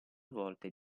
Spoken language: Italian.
volte